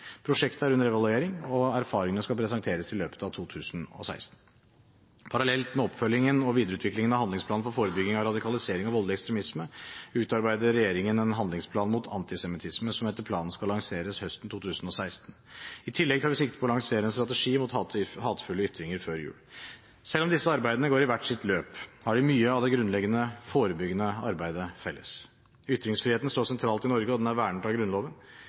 Prosjektet er under evaluering, og erfaringene skal presenteres i løpet av 2016. Parallelt med oppfølgingen og videreutviklingen av handlingsplanen for forebygging av radikalisering og voldelig ekstremisme utarbeider regjeringen en handlingsplan mot antisemittisme, som etter planen skal lanseres høsten 2016. I tillegg tar vi sikte på før jul å lansere en strategi mot hatefulle ytringer. Selv om disse arbeidene går i hvert sitt løp, har de mye av det grunnleggende forebyggende arbeidet felles. Ytringsfriheten står sentralt i Norge, og den er vernet av Grunnloven.